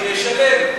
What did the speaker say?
שישלם.